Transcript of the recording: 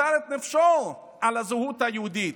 מסר את נפשו על הזהות היהודית.